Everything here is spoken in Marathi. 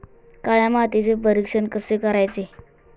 काळ्या मातीचे परीक्षण कसे करायचे?